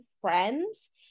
friends